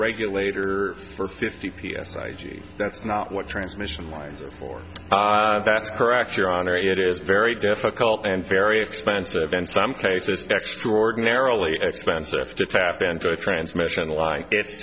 regulator for fifty p a size gee that's not what transmission lines for that's correct your honor it is very difficult and very expensive in some cases extraordinarily expensive to tap into a transmission line it's